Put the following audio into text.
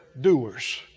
doers